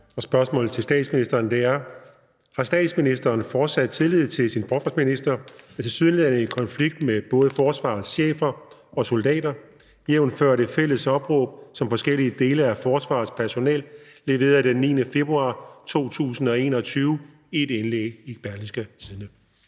Karsten Lauritzen (V)): Har statsministeren fortsat tillid til sin forsvarsminister, der tilsyneladende er i konflikt med både Forsvarets chefer og soldater, jf. det fælles opråb, som forskellige dele af Forsvarets personel leverede den 9. februar 2021 i et indlæg i Berlingske? Første